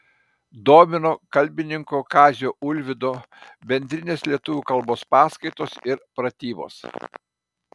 domino kalbininko kazio ulvydo bendrinės lietuvių kalbos paskaitos ir pratybos